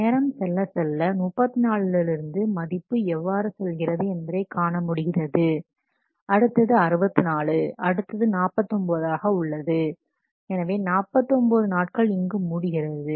நேரம் செல்ல செல்ல 34 லிருந்து மதிப்பு எவ்வாறு செல்கிறது என்பதை காண முடிகிறது அடுத்தது 64 அடுத்து 49 ஆக உள்ளது எனவே 49 நாட்கள் இங்கு முடிகிறது